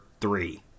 three